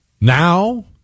Now